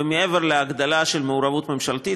ומעבר להגדלה של מעורבות ממשלתית,